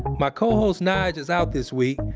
my co-host nige is out this week,